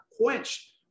quenched